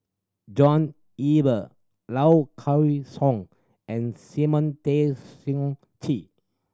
John Eber Low Kway Song and Simon Tay Seong Chee